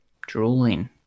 drooling